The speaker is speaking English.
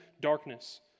darkness